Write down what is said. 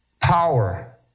Power